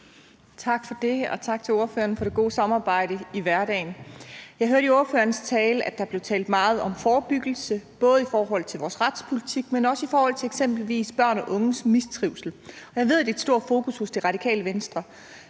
Tak for det, og tak til ordføreren for det gode samarbejde i hverdagen. Jeg hørte i ordførerens tale, at der blev talt meget om forebyggelse, både i forhold til vores retspolitik, men også i forhold til eksempelvis børn og unges mistrivsel. Jeg ved, at det er et stort fokus hos Radikale Venstre,